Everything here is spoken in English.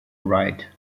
write